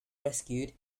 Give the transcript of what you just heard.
rescued